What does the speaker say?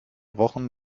wochen